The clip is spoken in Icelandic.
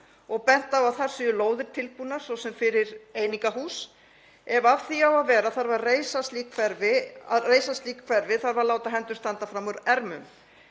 og bent á að þar séu lóðir tilbúnar, svo sem fyrir einingahús. Ef af því á að verða að reisa slík hverfi þarf að láta hendur standa fram úr ermum.